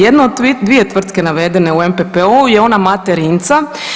Jedna od dvije tvrtke navedene u NPOO-u je ona Mate Rimca.